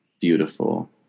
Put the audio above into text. beautiful